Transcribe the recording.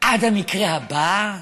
עד המקרה הבא,